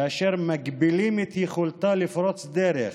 אשר מגבילים את יכולתה לפרוץ דרך